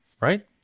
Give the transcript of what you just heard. right